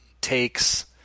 takes